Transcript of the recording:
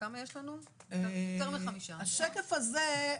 השקף הזה,